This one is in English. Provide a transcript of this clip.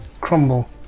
crumble